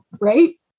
Right